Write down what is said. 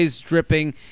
dripping